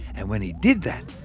and when he did that,